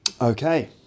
Okay